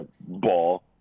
ball